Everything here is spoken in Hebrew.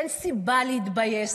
אין סיבה להתבייש.